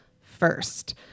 first